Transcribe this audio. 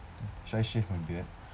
should I shave my beard